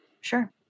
Sure